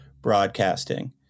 broadcasting